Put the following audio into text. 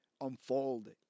unfold